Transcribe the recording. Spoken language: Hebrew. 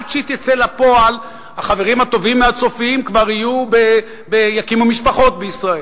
עד שהיא תצא לפועל החברים הטובים מ"הצופים" כבר יקימו משפחות בישראל.